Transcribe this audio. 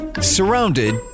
Surrounded